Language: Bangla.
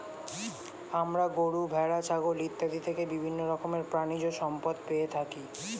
আমরা গরু, ভেড়া, ছাগল ইত্যাদি থেকে বিভিন্ন রকমের প্রাণীজ সম্পদ পেয়ে থাকি